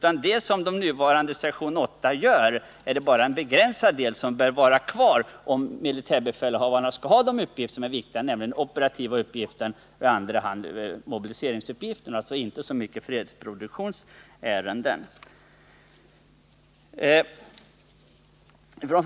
Av det som sektion 8 f. n. gör är det alltså bara en begränsad del som skall vara kvar, om militärbefälhavarna skall ha de uppgifter som är viktiga — den operativa uppgiften och i andra hand mobiliseringsuppgiften — och inte så mycket fredsproduktionsärenden.